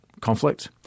conflict